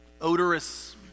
odorous